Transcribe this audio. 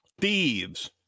Thieves